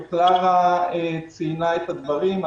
וקלרה חן ציינה את הדברים.